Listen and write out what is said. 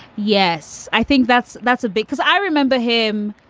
yes, i think that's that's a big because i remember him.